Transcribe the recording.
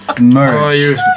merge